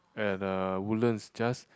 at uh Woodlands just